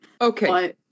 okay